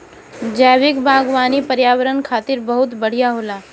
जैविक बागवानी पर्यावरण खातिर बहुत बढ़िया होला